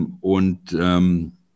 Und